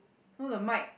no the mic